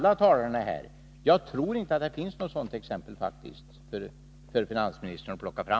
Jag tror inte att det finns något sådant exempel som finansministern kan plocka fram.